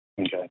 Okay